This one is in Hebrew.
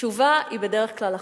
התשובה היא בדרך כלל אחת: